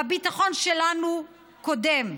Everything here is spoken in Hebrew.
והביטחון שלנו קודם,